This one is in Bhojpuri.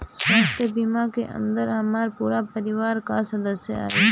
स्वास्थ्य बीमा के अंदर हमार पूरा परिवार का सदस्य आई?